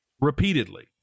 repeatedly